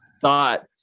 thought